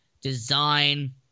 design